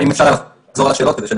תדע.